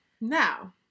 Now